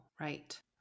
right